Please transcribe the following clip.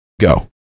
go